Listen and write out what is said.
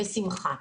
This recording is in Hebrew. בשמחה.